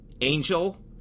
Angel